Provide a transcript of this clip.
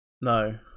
No